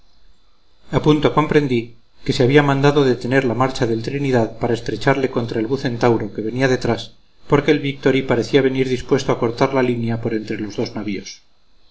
punto comprendí que se había mandado detener la marcha del trinidad para estrecharle contra el bucentauro que venía detrás porque el victory parecía venir dispuesto a cortar la línea por entre los dos navíos